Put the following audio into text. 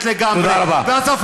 תודה רבה.